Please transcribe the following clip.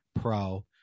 pro